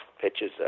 pitches